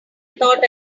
thought